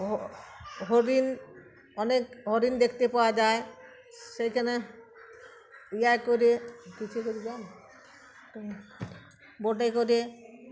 হরিণ অনেক হরিণ দেখতে পাওয়া যায় সেইখানে ইয়া করে কিছু কর য বোটে করে